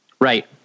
Right